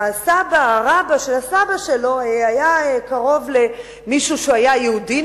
הסבא-רבא של הסבא שלו היה קרוב למישהו שהיה יהודי,